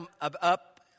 up